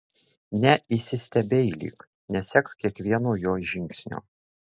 neįsistebeilyk nesek kiekvieno jo žingsnio